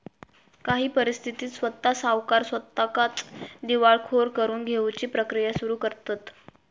काही परिस्थितीत स्वता सावकार स्वताकच दिवाळखोर करून घेउची प्रक्रिया सुरू करतंत